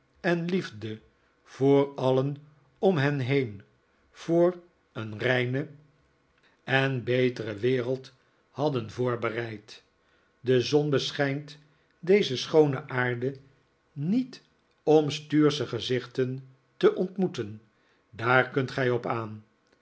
en liefde voor alien om hen heen voor een reinere en betere wereld hadden voorbereid de zon beschijnt deze schoone aarde niet om stuursche gezichten te ontmoeten daar kunt gij op aan